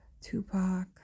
Tupac